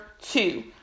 two